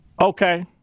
Okay